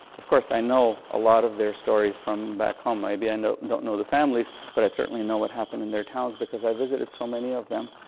of course, i know a lot of their stories from back home. maybe i don't know the families, but i certainly know what happened in their towns because i visited so many of them.